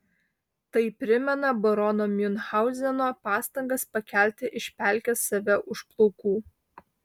tai primena barono miunchauzeno pastangas pakelti iš pelkės save už plaukų